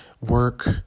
work